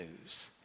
news